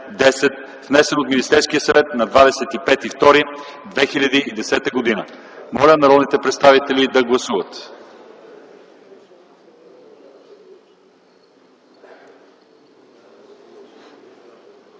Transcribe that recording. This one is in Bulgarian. внесен от Министерския съвет на 25 февруари 2010 г. Моля народните представители да гласуват.